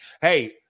Hey